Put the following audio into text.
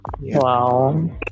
wow